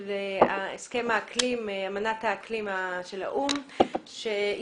הסכם האקלים, אמנת האקלים של האו"ם שישראל